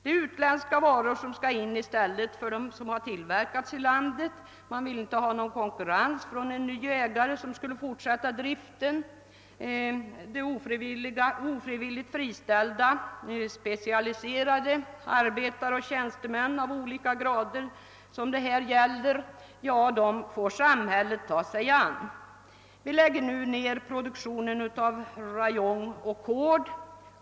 Det är utländska varor som skall in i stället för dem som tillverkats i landet; man vill inte ha någon konkurrens från en ny ägare, som skulle fortsätta driften. De ofrivilligt friställda, specialiserade arbetarna och tjänstemännen av olika grader får samhället i stället ta sig an. Vi lägger här i landet ned produktionen av rayon och cord.